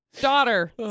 daughter